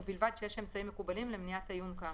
ובלבד שיש אמצעים מקובלים למניעת העיון כאמור.